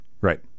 Right